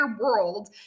world